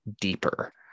deeper